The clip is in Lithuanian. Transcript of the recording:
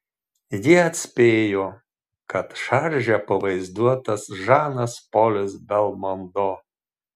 jie atspėjo kad šarže pavaizduotas žanas polis belmondo